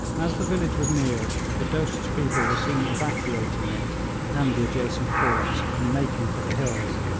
as the village was neared, the dost's people were seen evacuating it and the adjacent forts, and making for the hills.